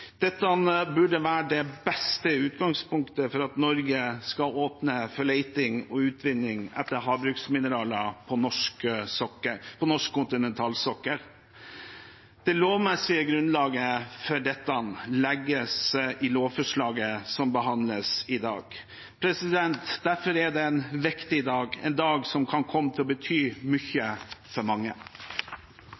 Dette burde være det beste utgangspunktet for at Norge skal åpne for leting etter og utvinning av havbunnsmineraler på norsk kontinentalsokkel. Det lovmessige grunnlaget for dette legges i lovforslaget som behandles i dag. Derfor er det en viktig dag, en dag som kan komme til å bety